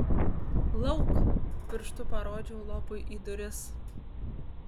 lauk pirštu parodžiau lopui į duris